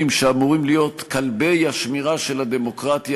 שאמורים להיות כלבי השמירה של הדמוקרטיה,